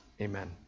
Amen